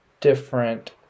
different